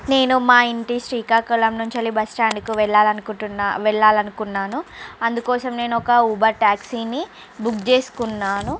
నేను మా ఇంటి శ్రీకాకుళం నుంచి వెళ్లి బస్ స్టాండ్ కి వెళ్లాలనుకుంటున్న వెళ్లాలనుకున్నాను అందుకోసం నేనొక ఊబర్ టాక్సీ ని బుక్ చేసుకున్నాను